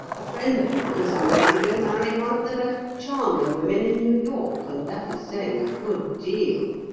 a friend of mine some years ago married one of the most charming women in new york, and that is saying a good deal.